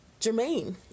Jermaine